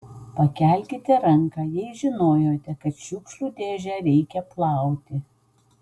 pakelkite ranką jei žinojote kad šiukšlių dėžę reikia plauti